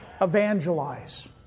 Evangelize